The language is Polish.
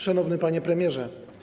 Szanowny Panie Premierze!